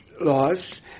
laws